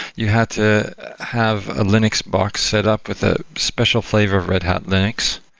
you had to have a linux box set up with a special flavor of red hat linux.